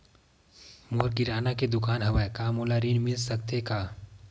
मोर किराना के दुकान हवय का मोला ऋण मिल सकथे का?